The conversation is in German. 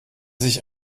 sich